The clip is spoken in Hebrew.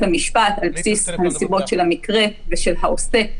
המשפט על בסיס הנסיבות של המקרה ושל העושה.